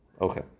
Okay